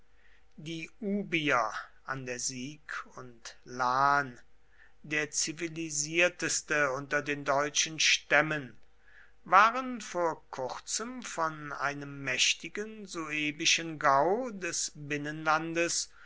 die ubier an der sieg und lahn der zivilisierteste unter den deutschen stämmen waren vor kurzem von einem mächtigen suebischen gau des binnenlandes